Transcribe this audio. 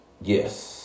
Yes